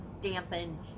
dampen